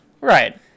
Right